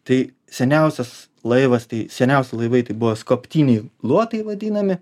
tai seniausias laivas tai seniausi laivai tai buvo skobtiniai luotai vadinami